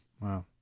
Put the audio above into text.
Wow